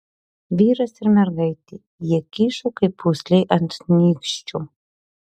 vyras ir mergaitė jie kyšo kaip pūslė ant nykščio